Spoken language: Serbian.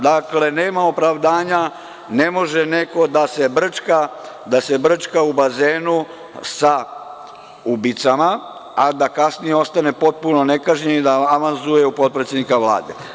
Dakle, nema opravdanja, ne može neko da se brčka u bazenu sa ubicama, a da kasnije ostane potpuno nekažnjen i da avanzuje u potpredsednika Vlade.